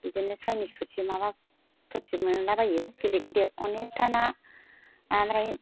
बिदिनो साइनिस पुथि माबा पुथि मोनला बायो गिदिर गिदिर अनेकथा ना ओमफ्राय